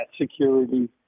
security